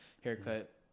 haircut